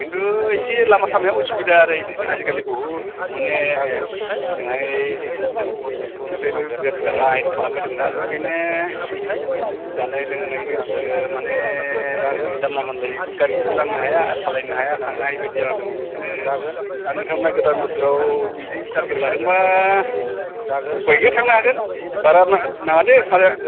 खिन्थु एसे लामा सामाया उसुबिदा आरो आजिखालि बुहुत माने ओजोंहाय निफ्रायबो बिराथ आयेन खालामबाय दंना बेखायनो एसे जानाय लोंनाय माने जानला मोनलायैबो गारिखौबो लांनो हाया सालायनो हाया थांनो हायै बायदि जाना दं बेखायनो दा नोंथांमोना गोदान बोसोराव बिदि टारगेट लादोंबा उफाय गैया थांनो हागोन बाराबो नाङा नाङा दे भाराया